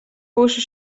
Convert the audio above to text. būšu